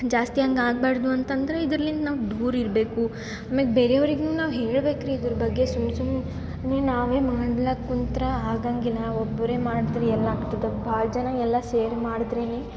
ಜಾಸ್ತಿ ಹಂಗ್ ಆಗಬಾರ್ದು ಅಂತಂದರೆ ಇದ್ರಲಿಂತ್ ನಾವು ದೂರ ಇರಬೇಕು ಆಮೇಗೆ ಬೇರೆಯವ್ರಿಗು ನಾವು ಹೇಳ್ಬೇಕು ರೀ ಇದ್ರ ಬಗ್ಗೆ ಸುಮ್ ಸುಮ್ನೆ ನಾವೇ ಮಾಡ್ಲಾಕೆ ಕುಂತ್ರೆ ಆಗೊಂಗಿಲ್ಲ ಒಬ್ಬರೇ ಮಾಡಿದ್ರಿ ಎಲ್ಲಿ ಆಗ್ತದೆ ಭಾಳ ಜನ ಎಲ್ಲ ಸೇರಿ ಮಾಡಿದ್ರೆ